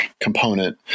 component